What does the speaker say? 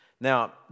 Now